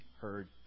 heard